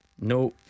No